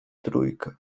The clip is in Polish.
trójkę